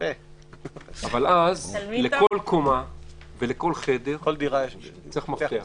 אבל אז לכל קומה ולכל חדר צריך מפתח.